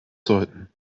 sollten